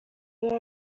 yari